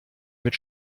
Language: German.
mit